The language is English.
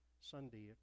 Sunday